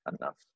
enough